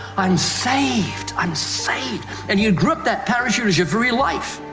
i'm saved. i'm saved, and you'd grip that parachute as your very life.